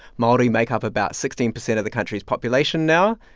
maori make up about sixteen percent of the country's population now,